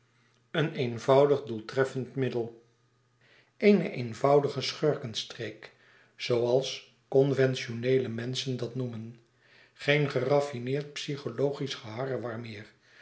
een eenvoudig doeltreffend middel eene eenvoudige schurkenstreek zooals conventioneele menschen dat noemen geen geraffineerd psychologisch geharrewar meer